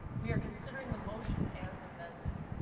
we are considering the motion as amended.